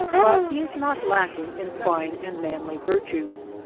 but he is not lacking in fine and manly virtues.